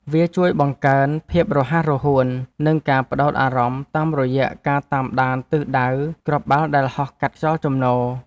វាជួយបង្កើន ភាពរហ័សរហួន និងការផ្ដោតអារម្មណ៍ តាមរយៈការតាមដានទិសដៅគ្រាប់បាល់ដែលហោះកាត់ខ្យល់ជំនោរ។